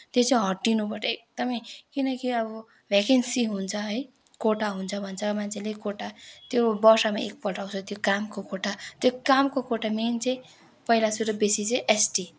त्यो चाहिँ हट्टिन एकदमै किनकि अब भयाकेन्सी हुन्छ है कोटा हुन्छ भन्छ मान्छेले कोटा त्यो वर्षमा एकपल्ट त्यो कामको कोटा त्यो कामको कोटा मेन चाहिँ पहिला सुरु बेसी चाहिँ एसटी